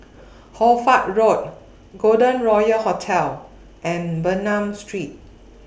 Hoy Fatt Road Golden Royal Hotel and Bernam Street